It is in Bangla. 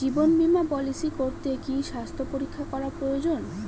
জীবন বীমা পলিসি করতে কি স্বাস্থ্য পরীক্ষা করা প্রয়োজন?